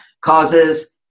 causes